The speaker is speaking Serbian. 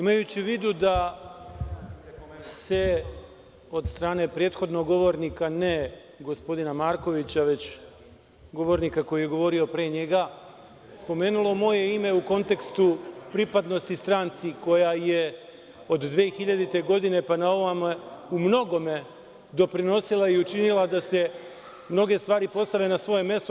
Imajući u vidu da se od strane prethodnog govornika, ne gospodina Markovića, već govornika koji je govorio pre njega, spomenulo moje ime u kontekstu pripadnosti stranci koja je od 2000. godine pa na ovamo umnogome doprinosila i učinila da se mnoge stvari postave na svoje mesto.